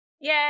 yay